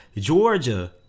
Georgia